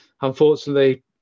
unfortunately